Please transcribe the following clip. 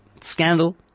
scandal